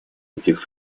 этих